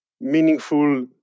meaningful